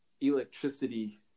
electricity